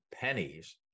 pennies